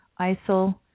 ISIL